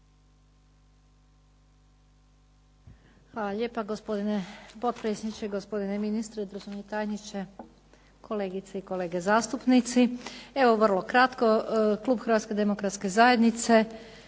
Hvala lijepa. Gospodine potpredsjedniče, gospodine ministre, državni tajniče, kolegice i kolege zastupnici. Evo vrlo kratko. Klub Hrvatske demokratske zajednice